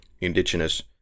indigenous